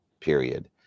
period